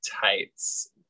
tights